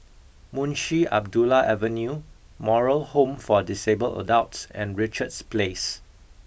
Munshi Abdullah Avenue Moral Home for Disabled Adults and Richards Place